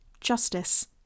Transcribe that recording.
justice